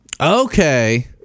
Okay